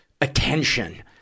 attention